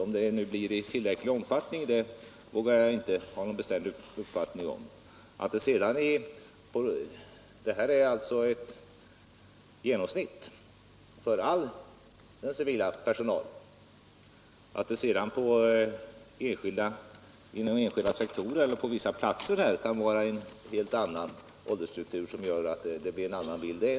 Om det nu blir i tillräcklig omfattning vågar jag inte ha någon bestämd uppfattning om. Den nämnda åldersgränsen utgör ett genomsnitt för all civil personal som berörs. Att det sedan inom enskilda sektorer eller på vissa platser kan vara en helt annan åldersstruktur som gör att bilden ändras, det är en annan sak.